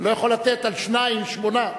אני לא יכול לתת על שניים, שמונה.